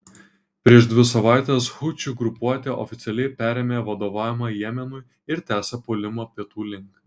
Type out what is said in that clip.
prieš dvi savaites hučių grupuotė oficialiai perėmė vadovavimą jemenui ir tęsia puolimą pietų link